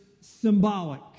symbolic